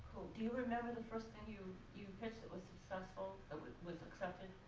do you remember the first thing you you pitched that was successful that was was accepted?